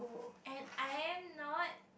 and I am not